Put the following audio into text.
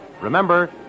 Remember